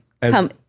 come